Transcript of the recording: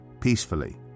peacefully